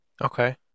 Okay